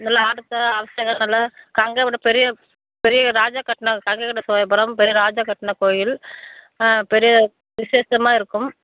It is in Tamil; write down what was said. நல்லா ஆரத்தி அபிஷேகம் இதெல்லாம் கங்கை கொண்ட பெரிய பெரிய ராஜா கட்டின கங்கை கொண்ட சோல புரம் பெரிய ராஜா கட்டின கோவில் பெரிய விஷேசமாக இருக்கும்